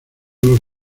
los